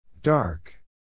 Dark